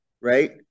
right